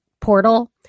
portal